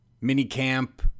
mini-camp